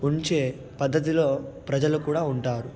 ఉంచే పద్ధతిలో ప్రజలు కూడా ఉంటారు